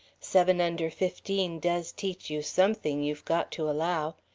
seven-under-fifteen does teach you something, you've got to allow.